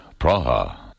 Praha